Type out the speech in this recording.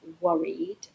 worried